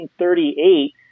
1938